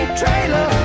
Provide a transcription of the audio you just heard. trailer